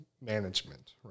management